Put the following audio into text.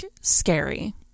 scary